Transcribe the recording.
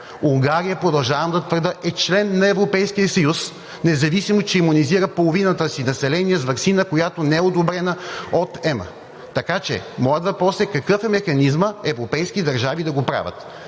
Унгария, продължавам да твърдя, е член на Европейския съюз, независимо че имунизира половината си население с ваксина, която не е одобрена от ЕМА. Така че моят въпрос е какъв е механизмът европейски държави да го правят?